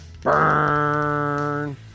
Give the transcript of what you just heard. Burn